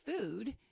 food